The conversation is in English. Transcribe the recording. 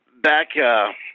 back